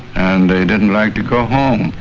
and they didn't like to go home.